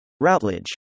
Routledge